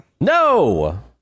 No